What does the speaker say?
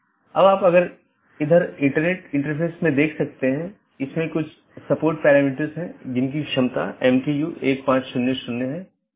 एक अन्य संदेश सूचना है यह संदेश भेजा जाता है जब कोई त्रुटि होती है जिससे त्रुटि का पता लगाया जाता है